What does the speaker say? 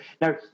Now